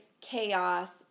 chaos